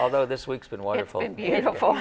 although this week's been wonderfully beautiful